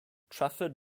trafford